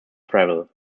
travel